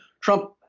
Trump